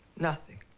nothing.